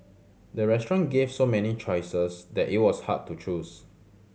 the restaurant gave so many choices that it was hard to choose